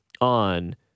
on